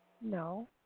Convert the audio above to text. No